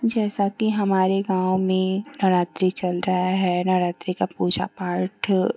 जैसा कि हमारे गाँव में नवरात्रि चल रही है नवरात्रि का पूजा पाठ